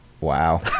Wow